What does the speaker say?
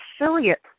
affiliate